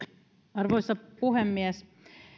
arvoisa puhemies